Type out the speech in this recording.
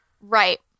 Right